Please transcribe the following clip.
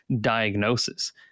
diagnosis